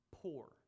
poor